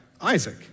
Isaac